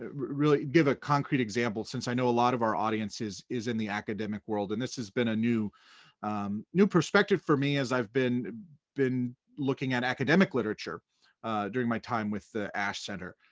ah really give a concrete example since i know a lot of our audience is is in the academic world, and this has been a new new perspective for me as i've been been looking at academic literature during my time with the ash center.